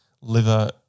liver